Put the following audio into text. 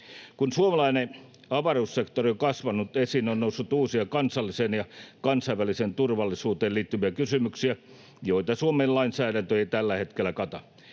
Kun suomalainen avaruussektori on kasvanut, esiin on noussut uusia kansalliseen ja kansainväliseen turvallisuuteen liittyviä kysymyksiä, joita Suomen lainsäädäntö ei tällä hetkellä kata.